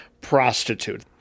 prostitute